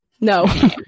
No